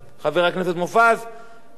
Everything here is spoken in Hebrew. אבל הם המתינו ונכנסו לפוליטיקה.